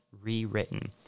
rewritten